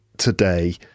today